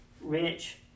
rich